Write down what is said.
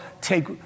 take